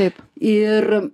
taip ir